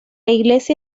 iglesia